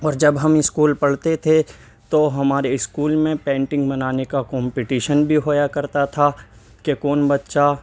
اور جب ہم اسکول پڑھتے تھے تو ہمارے اسکول میں پینٹنگ بنانے کا کومپٹیشن بھی ہوا کرتا تھا کہ کون بچہ